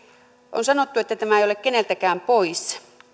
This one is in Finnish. on sanottu että tämä ei ole keneltäkään pois